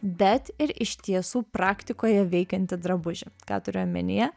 bet ir iš tiesų praktikoje veikiantį drabužį ką turiu omenyje